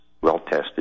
well-tested